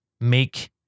make